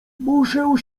muszę